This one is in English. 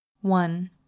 One